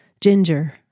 Ginger